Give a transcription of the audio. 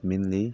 mainly